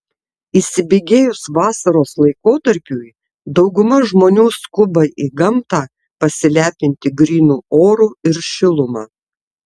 įsibėgėjus vasaros laikotarpiui dauguma žmonių skuba į gamtą pasilepinti grynu oru ir šiluma